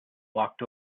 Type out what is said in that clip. walked